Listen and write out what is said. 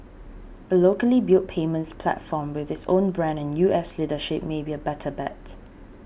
a locally built payments platform with its own brand and U S leadership may be a better bet